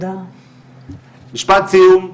משפט סיום,